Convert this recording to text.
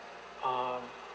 um